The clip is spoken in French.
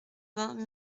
vingt